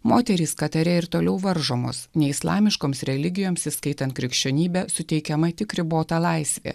moterys katare ir toliau varžomos nei islamiškoms religijoms įskaitant krikščionybė suteikiama tik ribotą laisvę